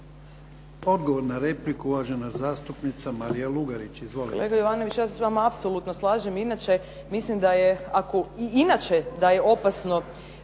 Odgovor na repliku uvažena zastupnica Marija Lugarić. Izvolite.